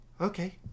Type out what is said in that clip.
Okay